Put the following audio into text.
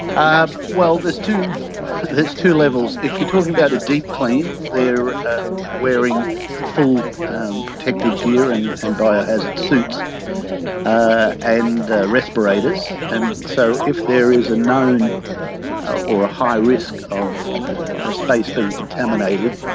um well, there's two there's two levels. if you're talking about a deep clean, they are um wearing full protective gear and and biohazard suits and respirators. and so if there is a known or a high risk of a space being contaminated,